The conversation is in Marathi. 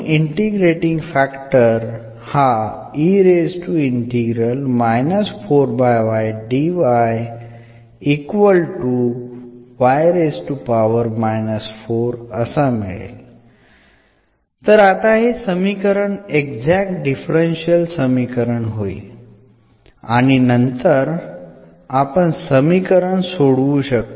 इंटिग्रेटींग फॅक्टर तर आता हे समीकरण एक्झॅक्ट डिफरन्शियल समीकरण होईल आणि नंतर आपण समीकरण सोडवू शकतो